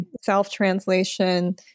Self-translation